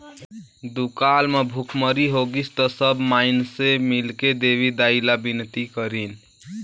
दुकाल म भुखमरी होगिस त सब माइनसे मिलके देवी दाई ला बिनती करिन